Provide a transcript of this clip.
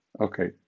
okay